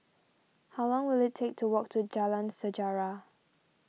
how long will it take to walk to Jalan Sejarah